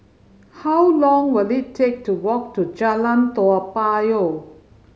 how long will it take to walk to Jalan Toa Payoh